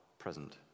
present